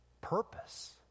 purpose